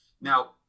Now